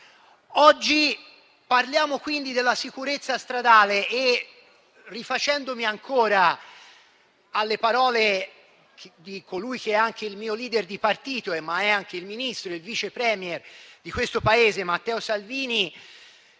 Oggi parliamo quindi della sicurezza stradale e, rifacendomi ancora alle parole di colui che è il mio *leader* di partito, ma è anche ministro e Vice *Premier* di questo Paese, Matteo Salvini,